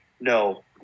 no